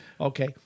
Okay